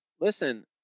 Listen